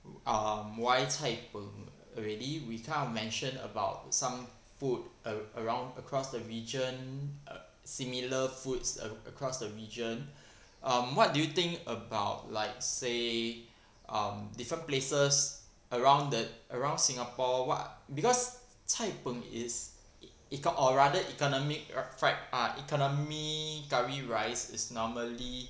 um why cai png already we kind of mention about some food ar~ around across the region uh similar foods ac~ across the region um what do you think about like say um different places around the around singapore [what] because cai png is ec~ eco~ or rather economic fried ah economy curry rice is normally